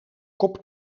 kop